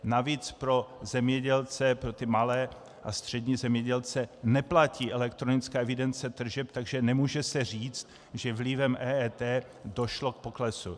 Navíc pro zemědělce, pro ty malé a střední zemědělce, neplatí elektronická evidence tržeb, takže se nemůže říct, že vlivem EET došlo k poklesu.